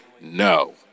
No